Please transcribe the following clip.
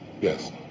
Yes